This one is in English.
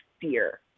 fear